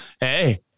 Hey